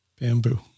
Bamboo